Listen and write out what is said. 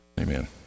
Amen